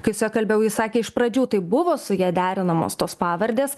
kai su ja kalbėjau ji sakė iš pradžių tai buvo su ja derinamos tos pavardės